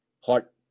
heart